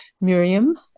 Miriam